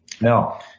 Now